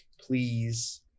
please